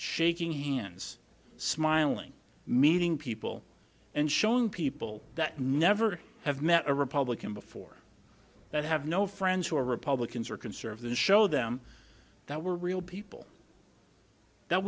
shaking hands smiling meeting people and showing people that never have met a republican before that have no friends who are republicans or conservatives show them that were real people that